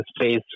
space